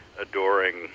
adoring